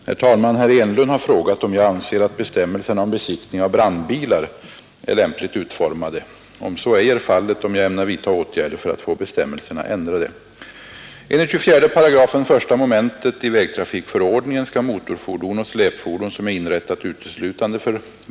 Herr talman! Herr Enlund har frågat om jag anser att bestämmelserna om besiktning av brandbilar är lämpligt utformade och, om så ej är fallet, om jag ämnar vidtaga åtgärder för att få bestämmelserna ändrade.